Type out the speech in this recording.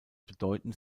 bedeutend